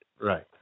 Right